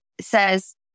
says